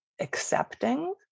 accepting